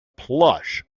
plush